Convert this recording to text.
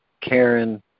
Karen